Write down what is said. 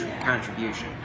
contribution